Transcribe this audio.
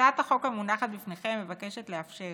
הצעת החוק המונחת בפניכם מבקשת לאפשר